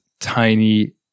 tiny